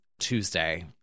Tuesday